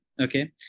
okay